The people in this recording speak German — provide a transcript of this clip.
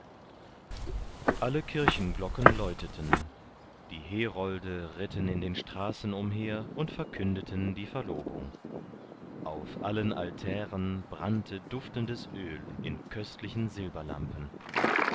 alle kirchenglocken läuteten die herolde ritten in den straßen umher und verkündeten die verlobung auf allen altären brannte duftendes öl in köstlichen